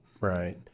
Right